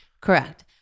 Correct